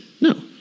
No